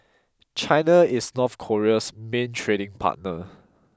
China is North Korea's main trading partner